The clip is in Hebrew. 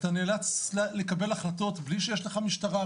ואתה נאלץ לקבל החלטות בלי שיש לך משטרה,